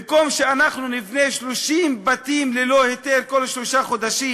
במקום שאנחנו נבנה 30 בתים ללא היתר כל שלושה חודשים,